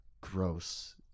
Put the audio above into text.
gross